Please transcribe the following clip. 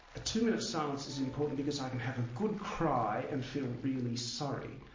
a two minute silence is important because i can have a good cry and feel really sorry.